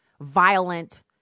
violent